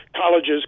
Colleges